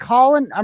Colin